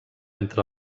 entre